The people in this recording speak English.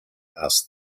asked